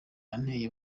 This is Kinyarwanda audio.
intera